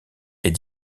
est